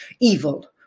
evil